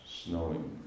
snowing